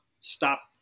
stop